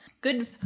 Good